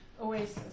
oasis